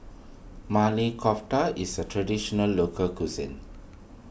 Maili Kofta is a Traditional Local Cuisine